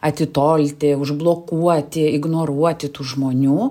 atitolti užblokuoti ignoruoti tų žmonių